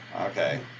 okay